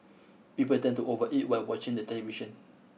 people tend to overeat while watching the television